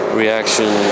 reaction